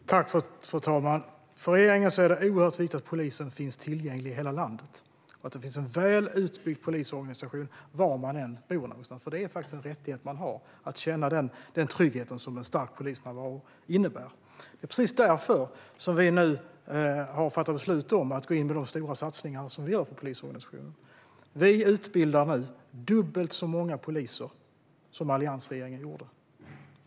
Fru talman! För regeringen är det oerhört viktigt att polisen finns tillgänglig i hela landet och att det finns en väl utbyggd polisorganisation var man än bor någonstans. Man har faktiskt en rättighet att känna den trygghet som en stark polisnärvaro innebär. Det är därför vi har fattat beslut om att gå in med de stora satsningar på polisorganisationen som vi nu gör. Vi utbildar nu dubbelt så många poliser som alliansregeringen gjorde.